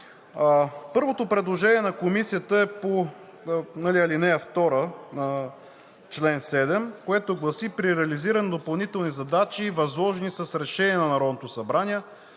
Първото предложение на Комисията е по ал. 2, чл. 7, което гласи: „При реализиране на допълнителни задачи, възложени с решение на Народното събрание,